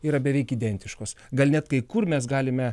yra beveik identiškos gal net kai kur mes galime